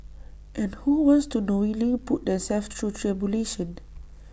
and who wants to knowingly put themselves through tribulation